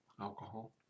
alcohol